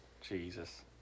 Jesus